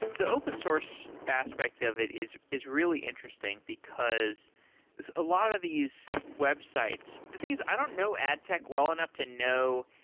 the open source aspect of it is is really interesting, because a lot of these websites the thing is, i don't know ad tech well enough to know,